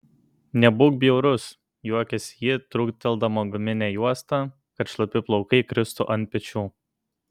nebūk bjaurus juokiasi ji trūkteldama guminę juostą kad šlapi plaukai kristų ant pečių